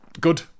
good